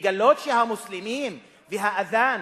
לגלות שהמוסלמים והאַזַאן,